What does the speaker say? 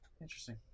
Interesting